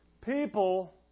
People